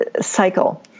cycle